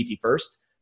first